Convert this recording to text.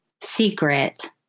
secret